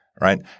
right